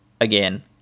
again